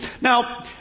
Now